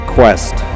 Quest